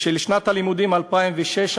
של שנת הלימודים 2007-2006,